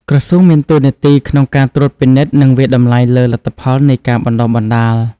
ក្រសួងមានតួនាទីក្នុងការត្រួតពិនិត្យ និងវាយតម្លៃលើលទ្ធផលនៃការបណ្ដុះបណ្ដាល។